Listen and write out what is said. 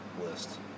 list